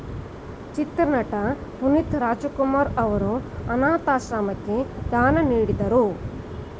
ಚಿತ್ರನಟ ಪುನೀತ್ ರಾಜಕುಮಾರ್ ಅವರು ಅನಾಥಾಶ್ರಮಕ್ಕೆ ದಾನ ನೀಡಿದರು